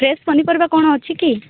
fresh ପନିପରିବା କ'ଣ ଅଛି କି